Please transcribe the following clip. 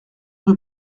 rue